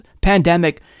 pandemic